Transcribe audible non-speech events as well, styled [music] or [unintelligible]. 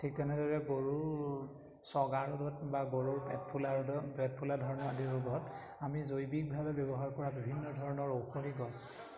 ঠিক তেনেদৰে গৰুৰ চগাৰ ৰোগত বা গৰুৰ পেট ফুলা [unintelligible] পেট ফুলা ধৰণৰ আদি ৰোগত আমি জৈৱিকভাৱে ব্যৱহাৰ কৰা বিভিন্ন ধৰণৰ ঔষধি গছ